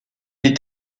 est